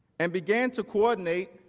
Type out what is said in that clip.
and began to coordinate